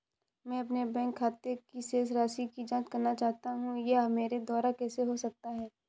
मैं अपने बैंक खाते की शेष राशि की जाँच करना चाहता हूँ यह मेरे द्वारा कैसे हो सकता है?